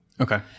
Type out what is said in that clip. Okay